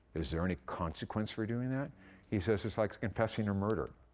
is there any consequence for doing that he says, it's like confessing a murder.